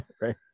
right